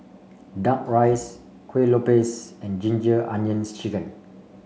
duck rice Kue Lupis and Ginger Onions chicken